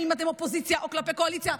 אם אתם אופוזיציה, או כלפי קואליציה.